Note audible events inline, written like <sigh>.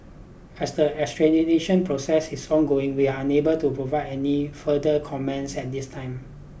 as the <unintelligible> process is ongoing we are unable to provide any further comments at this time